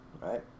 right